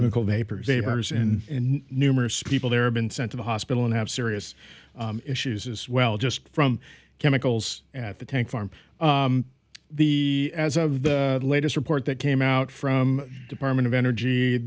and numerous people there have been sent to the hospital and have serious issues as well just from chemicals at the tank farm the as of the latest report that came out from department of energy